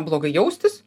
blogai jaustis